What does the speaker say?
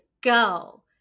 go